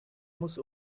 muss